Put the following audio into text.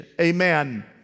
amen